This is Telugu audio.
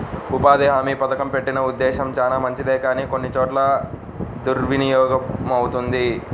ఉపాధి హామీ పథకం పెట్టిన ఉద్దేశం చానా మంచిదే కానీ కొన్ని చోట్ల దుర్వినియోగమవుతుంది